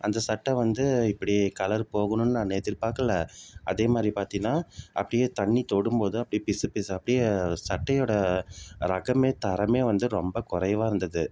அந்த சட்டை வந்து இப்படி கலர் போகும்னு நான் எதிர்பார்க்கல அதே மாதிரி பார்த்திங்கன்னா அப்படியே தண்ணி தொடும் போது அப்படியே பிசு பிசு அப்படியே சட்டையோட ரகம் தரம் வந்து ரொம்ப குறைவா இருந்தது